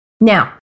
Now